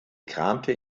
kramte